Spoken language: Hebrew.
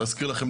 להזכיר לכם,